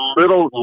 little